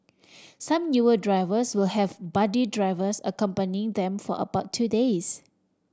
some newer drivers will have buddy drivers accompanying them for about two days